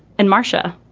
and marcia,